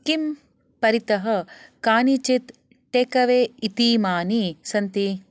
किं परितः कानिचित् टेकवे इतीमानि सन्ति